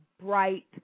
bright